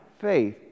faith